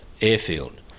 airfield